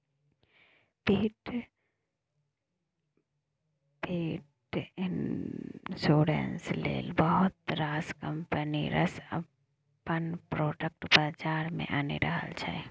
पेट इन्स्योरेन्स लेल बहुत रास कंपनी सब अपन प्रोडक्ट बजार मे आनि रहल छै